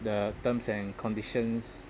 the terms and conditions